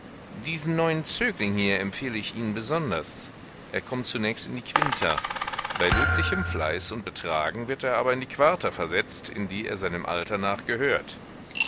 diesen neuen zögling hier empfehle ich ihnen besonders er kommt zunächst in die quinta bei löblichem fleiß und betragen wird er aber in die quarta versetzt in die er seinem alter nach gehört